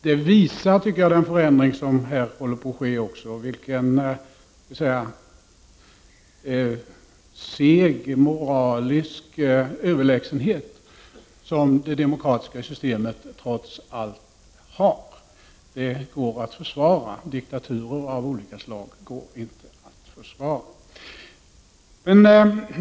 Det är en förändring på gång, vilket visar vilken seg moralisk överlägsenhet som det demokratiska systemet trots allt har. Det går att försvara. Diktaturer av olika slag går inte att försvara.